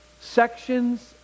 sections